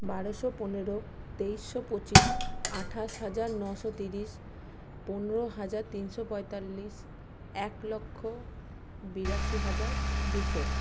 বারোশো পনেরো তেইশশো পঁচিশ আঠাশ হাজার নশো তিরিশ পনেরো হাজার তিনশো পঁয়তাল্লিশ এক লক্ষ বিরাশি হাজার দুশো